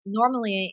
normally